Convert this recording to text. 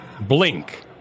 blink